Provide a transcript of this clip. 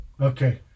Okay